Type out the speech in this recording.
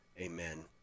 Amen